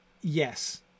Yes